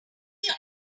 their